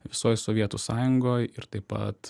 visoj sovietų sąjungoj ir taip pat